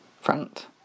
front